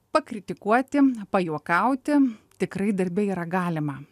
pakritikuoti pajuokauti tikrai darbe yra galima